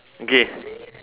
okay